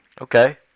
Okay